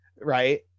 Right